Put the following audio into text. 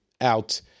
out